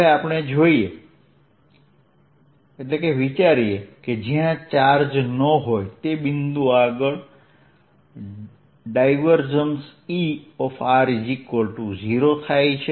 હવે આપણે વિચારીએ કે જ્યાં ચાર્જ ન હોય તે બિંદુ આગળ ∇E 0થાય છે